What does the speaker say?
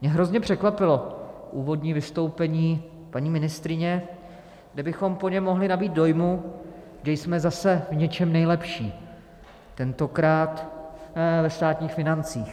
Mě hrozně překvapilo úvodní vystoupení paní ministryně, kde bychom po něm mohli nabýt dojmu, že jsme zase v něčem nejlepší, tentokrát ve státních financích.